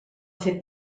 fer